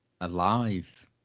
alive